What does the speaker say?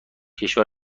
کشور